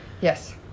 Yes